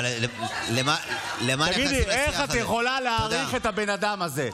אבל למה נכנסים לשיח הזה?